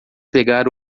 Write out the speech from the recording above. pegar